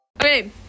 Okay